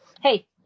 hey